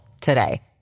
today